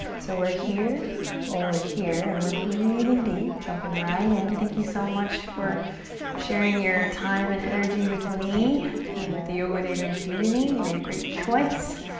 so we're here or we're here and we're breathing deep. jumping right in. thank you so much for sharing your time and energy with me and with the yoga with adriene community. you made a great choice.